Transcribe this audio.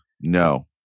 no